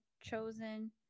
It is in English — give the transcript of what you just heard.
chosen